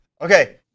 Okay